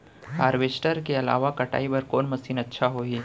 Harvester के अलावा कटाई बर कोन मशीन अच्छा होही?